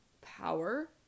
power